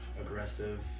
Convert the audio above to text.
Aggressive